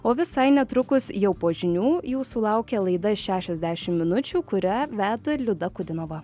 o visai netrukus jau po žinių jūsų laukia laida šešiasdešim minučių kurią veda liuda kudinova